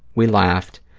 we laughed,